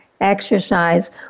exercise